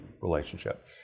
relationship